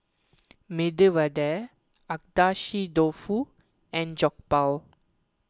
Medu Vada Agedashi Dofu and Jokbal